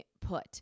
put